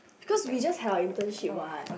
because we just had our internship what